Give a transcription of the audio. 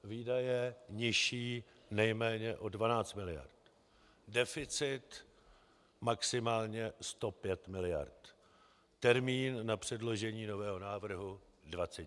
Výdaje nižší nejméně o 12 mld. Deficit maximálně 105 mld. Termín na předložení nového návrhu: 20 dní.